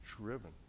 driven